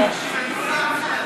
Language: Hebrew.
התשע"ז 2016,